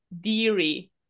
Deary